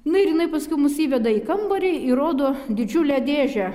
na ir jinai paskui mus įveda į kambarį ir rodo didžiulę dėžę